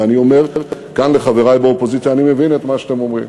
ואני אומר כאן לחברי באופוזיציה: אני מבין את מה שאתם אומרים,